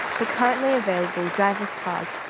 but currently available driverless cars,